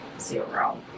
Zero